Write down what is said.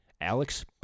Alex